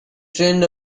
trend